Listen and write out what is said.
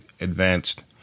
advanced